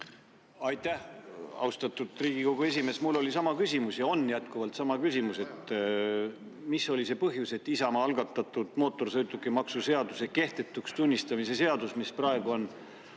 Aitäh, austatud Riigikogu esimees! Mul oli sama küsimus ja on jätkuvalt sama küsimus: mis oli see põhjus, et Isamaa algatatud mootorsõidukimaksu seaduse kehtetuks tunnistamise seaduse eelnõu, mis praegu on